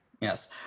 Yes